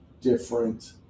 different